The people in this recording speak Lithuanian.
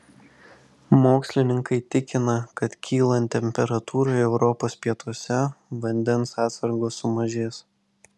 mokslininkai tikina kad kylant temperatūrai europos pietuose vandens atsargos sumažės